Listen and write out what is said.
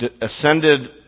ascended